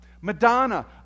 Madonna